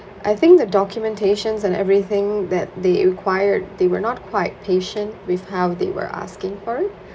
I think the documentations and everything that they required they were not quite patient with how they were asking for it